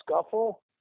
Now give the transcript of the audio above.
scuffle